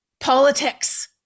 politics